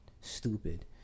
stupid